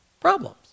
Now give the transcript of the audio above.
problems